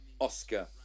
Oscar